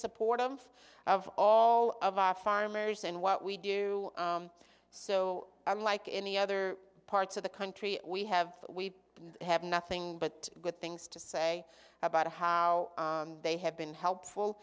supportive of all of our farmers and what we do so unlike any other parts of the country we have we have nothing but good things to say about how they have been helpful